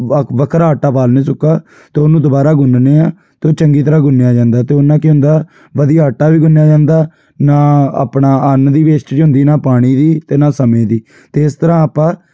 ਵ ਵੱਖਰਾ ਆਟਾ ਪਾ ਲੈਂਦੇ ਸੁੱਕਾ ਅਤੇ ਉਹਨੂੰ ਦੁਬਾਰਾ ਗੁੰਨਣੇ ਹਾਂ ਅਤੇ ਉਹ ਚੰਗੀ ਤਰ੍ਹਾਂ ਗੁੰਨਿਆ ਜਾਂਦਾ ਅਤੇ ਉਹ ਨਾਲ ਕੀ ਹੁੰਦਾ ਵਧੀਆ ਆਟਾ ਵੀ ਗੁੰਨਿਆ ਜਾਂਦਾ ਨਾ ਆਪਣਾ ਅੰਨ ਦੀ ਵੈਸਟੇਜ ਹੁੰਦੀ ਨਾ ਪਾਣੀ ਦੀ ਅਤੇ ਨਾ ਸਮੇਂ ਦੀ ਅਤੇ ਇਸ ਤਰ੍ਹਾਂ ਆਪਾਂ